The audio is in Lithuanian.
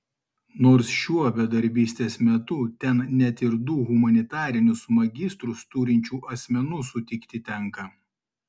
nors šiuo bedarbystės metu ten net ir du humanitarinius magistrus turinčių asmenų sutikti tenka